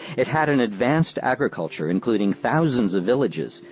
it had an advanced agriculture, included thousands of villages,